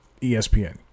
ESPN